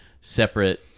separate